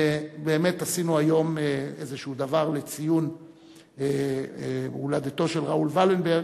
ובאמת עשינו היום איזשהו דבר לציון הולדתו של ראול ולנברג,